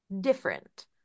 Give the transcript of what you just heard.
different